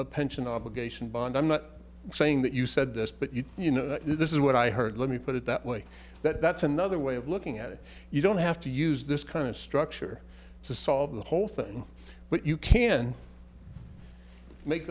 a pension obligation bond i'm not saying that you said this but you you know this is what i heard let me put it that way that's another way of looking at it you don't have to use this kind of structure to solve the whole thing but you can make